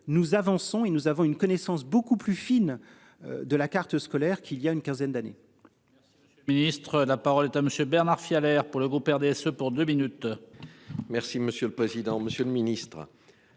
Nous avançons et nous avons une connaissance beaucoup plus fine. De la carte scolaire, qu'il y a une quinzaine d'années.